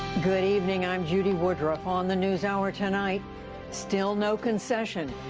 good evening. i'm judy woodruff. on the newshour tonight still no concession.